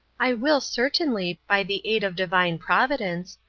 i will certainly, by the aid of divine providence,